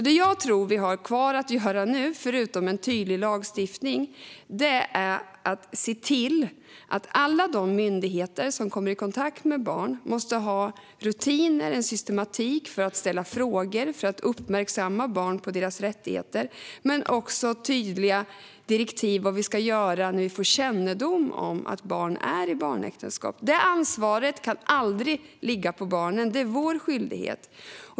Det jag tror att vi har kvar att göra nu, förutom en tydlig lagstiftning, är att se till att alla de myndigheter som kommer i kontakt med barn måste ha rutiner och systematik för att ställa frågor och uppmärksamma barn på deras rättigheter men också tydliga direktiv för vad man ska göra när man får kännedom om att barn är i barnäktenskap. Det ansvaret kan aldrig ligga på barnen, utan det är vår skyldighet.